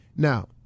Now